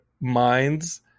minds